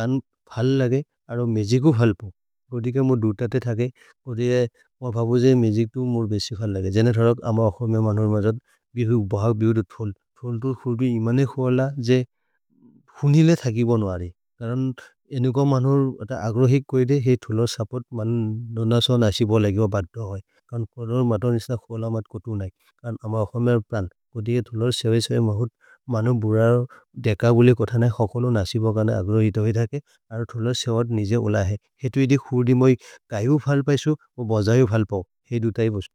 गान् फल् लगयु अरु मिजिक् तु फल्पओ। ओदिगे मोइ दुत ते थके, ओदिगे मोइ भबो जे मिजिक् तु मोर् बेसि फल् लगयु। जने धरक् अम अखोर्मे मन्होर् मजद् बहग् बेऔतिफुल्, फल् तु फुर्दि इमने खोल जे फुनिले थकि बोन् वरे। करन् एनुकम् मन्होर् अत अग्रो हित् कोइदे, हेइ फुलोर् सुप्पोर्त् मन्होर् नसो नसिबो लगयु बतो है। करन् फुलोर् मतोनिस्त खोल मत् कोथु नैक्, करन् अम अखोर्मे पन्। कोदि हेइ फुलोर् सेवैसे होइ मन्होर् मन्होर् बुर देख बोले कोथ नैक्। होकोलो नसिबो क न अग्रो हित् होइ धके, अरो फुलोर् सेवात् निजे ओल है। हेतु इदे फुर्दि मोइ गायु फल्पएसु मोज् बजयु फल्पओ, हेइ दुत हि बसु।